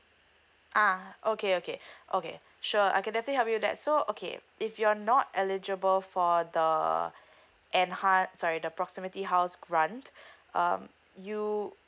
ah okay okay okay sure I can definitely help you with that so okay if you're not eligible for the enha~ sorry the proximity house grant um you